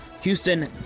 Houston